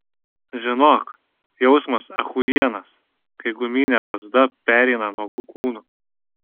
žinok jausmas achujienas kai guminė lazda pereina nuogu kūnu